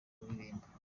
uririmba